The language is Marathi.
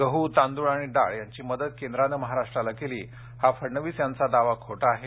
गहू तांदूळ आणि डाळ यांची मदत केंद्राने महाराष्ट्राला केली हा फडणवीस यांचा दावा खोटा आहे